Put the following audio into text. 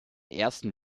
ersten